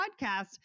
podcast